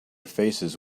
faces